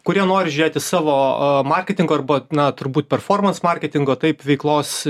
kurie nori žiūrėti savo marketingo arba na turbūt performans marketingo taip veiklos